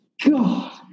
God